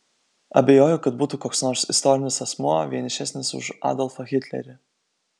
abejoju kad būtų koks nors istorinis asmuo vienišesnis už adolfą hitlerį